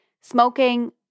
smoking